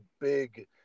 big –